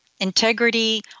Integrity